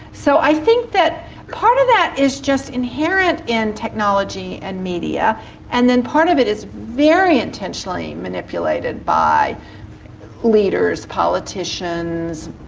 so i think part of that is just inherent in technology and media and then part of it is very intentionally manipulated by leaders, politicians,